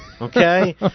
Okay